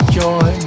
joy